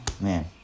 Man